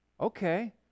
okay